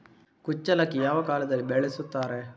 ಕುಚ್ಚಲಕ್ಕಿ ಯಾವ ಕಾಲದಲ್ಲಿ ಬೆಳೆಸುತ್ತಾರೆ?